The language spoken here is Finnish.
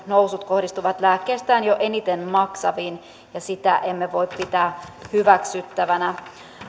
nousut kohdistuvat lääkkeestään jo eniten maksaviin ja sitä emme voi pitää hyväksyttävänä